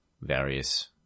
various